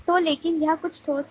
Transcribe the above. तो लेकिन यह कुछ ठोस है